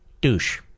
Douche